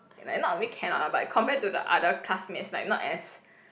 like not really cannot lah but compared to the other classmates like not as